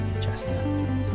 Chester